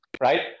right